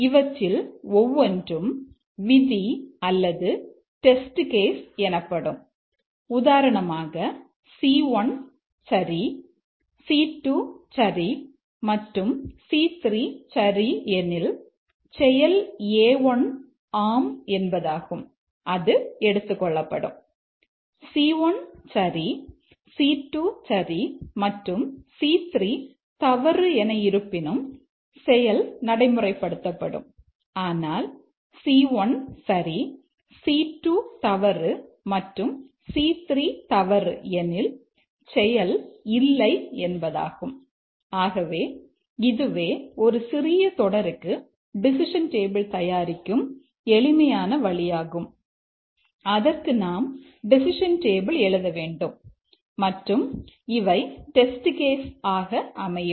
இவற்றில் ஒவ்வொன்றும் விதி அல்லது டெஸ்ட் கேஸ் ஆக அமையும்